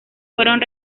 fueron